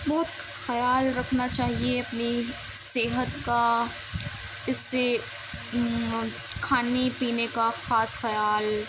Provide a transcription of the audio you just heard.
بہت خیال رکھنا چاہیے اپنی صحت کا اس سے کھانے پینے کا خاص خیال